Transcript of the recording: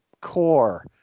core